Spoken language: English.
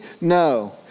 No